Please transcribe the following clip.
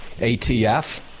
ATF